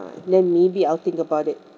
then maybe I'll think about it